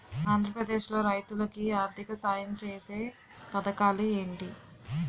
ఆంధ్రప్రదేశ్ లో రైతులు కి ఆర్థిక సాయం ఛేసే పథకాలు ఏంటి?